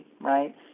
right